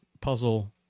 puzzle